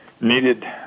needed